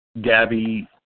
Gabby